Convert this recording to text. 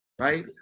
right